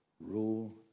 rule